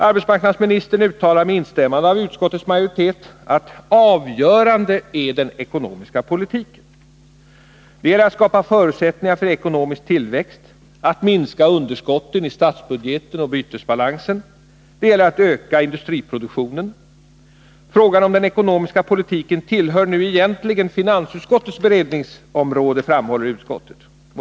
Arbetsmarknadsministern uttalar med instämmande av utskottets majoritet att det avgörande är den ekonomiska politiken. Det gäller att skapa förutsättningar för ekonomisk tillväxt, att minska underskotten i statsbudgeten och bytesbalansen. Det gäller att öka industriproduktionen. Frågan om den ekonomiska politiken tillhör egentligen finansutskottets beredningsområde, framhåller utskottet.